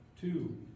Two